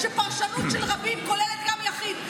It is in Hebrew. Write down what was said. שפרשנות של רבים כוללת גם יחיד,